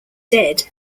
dead